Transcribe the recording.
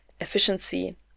efficiency